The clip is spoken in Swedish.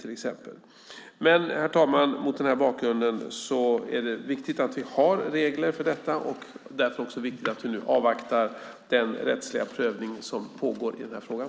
Mot denna bakgrund vill jag säga att det är viktigt att vi har regler för detta, och det är därför också viktigt att vi avvaktar den rättsliga prövning som pågår i den här frågan.